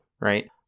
right